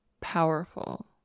powerful